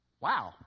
Wow